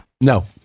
No